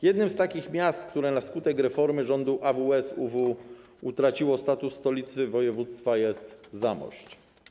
Jednym z takich miast, które na skutek reformy rządu AWS-UW utraciło status stolicy województwa, jest Zamość.